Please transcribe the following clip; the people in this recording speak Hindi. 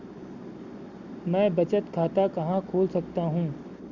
मैं बचत खाता कहाँ खोल सकता हूँ?